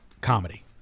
comedy